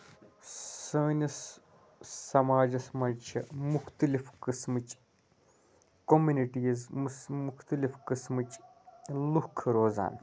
سٲنِس سَماجَس مَنٛز چھِ مختلف قسمٕچ کوٚمنٹیز مختلف قسمٕچ لُکھ روزان